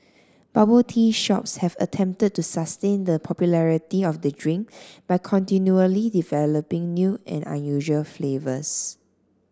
bubble tea shops have attempted to sustain the popularity of the drink by continually developing new and unusual flavours